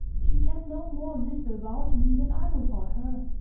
she can no more live without me than i without her.